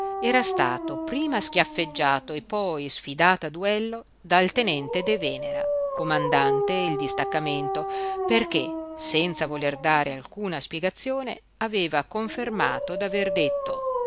era stato prima schiaffeggiato e poi sfidato a duello dal tenente de venera comandante il distaccamento perché senza voler dare alcuna spiegazione aveva confermato d'aver detto